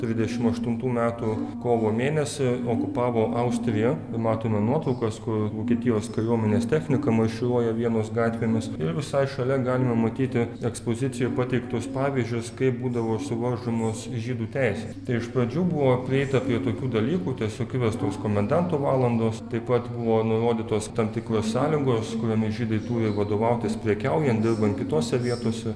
trisdešim aštuntų metų kovo mėnesį okupavo austriją ir matome nuotraukas kur vokietijos kariuomenės technika marširuoja vienos gatvėmis ir visai šalia galime matyti ekspozicijoj pateiktus pavyzdžius kaip būdavo suvaržomos žydų teisės tai iš pradžių buvo prieita prie tokių dalykų tiesiog įvestos komendanto valandos taip pat buvo nurodytos tam tikros sąlygos kuriomis žydai turi vadovautis prekiaujant dirbant kitose vietose